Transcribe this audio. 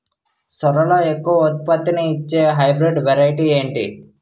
సోరలో ఎక్కువ ఉత్పత్తిని ఇచే హైబ్రిడ్ వెరైటీ ఏంటి?